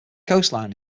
coastline